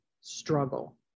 struggle